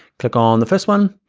click on the first one,